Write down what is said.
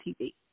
TV